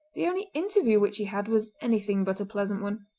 the only interview which he had was anything but a pleasant one.